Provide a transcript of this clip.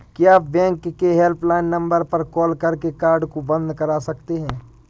क्या बैंक के helpline number पर कॉल करके कार्ड को बंद करा सकते हैं?